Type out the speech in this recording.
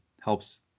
helps